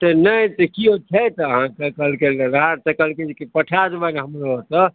से नहि तऽ केओ छथि अहाँकेँ तऽ कहलकै जे पठा देबनि हमरो एतऽ